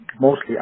mostly